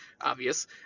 obvious